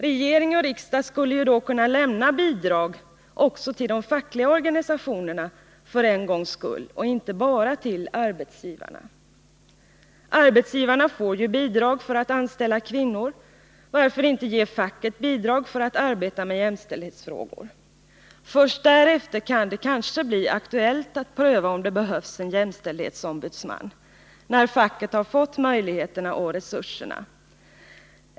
Regering och riksdag skulle då kunna lämna bidrag också till de fackliga organisationerna för en gångs skull och inte bara till arbetsgivarna. Arbetsgivarna får ju bidrag för att anställa kvinnor — varför inte ge facket bidrag till arbete med jämställdhetsfrågor? Först därefter kan det kanske bli aktuellt att pröva om det behövs en jämställdhetsombudsman, när facket fått möjligheterna och resurserna.